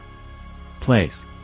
Place